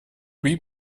lui